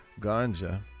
ganja